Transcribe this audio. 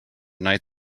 night